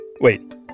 Wait